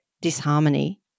disharmony